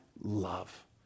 love